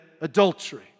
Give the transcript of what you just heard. adultery